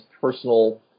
personal